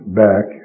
back